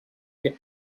get